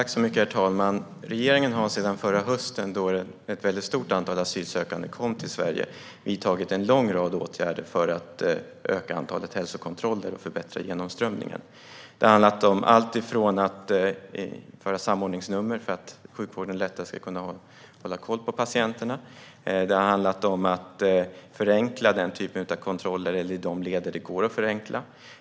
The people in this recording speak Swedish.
Herr talman! Regeringen har sedan förra hösten, då ett väldigt stort antal asylsökande kom till Sverige, vidtagit en lång rad åtgärder för att öka antalet hälsokontroller och förbättra genomströmningen. Det har handlat om allt ifrån att införa samordningsnummer för att sjukvården lättare ska kunna hålla koll på patienterna till att förenkla den typen av kontroller i de led där det går att förenkla.